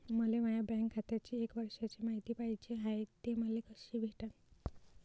मले माया बँक खात्याची एक वर्षाची मायती पाहिजे हाय, ते मले कसी भेटनं?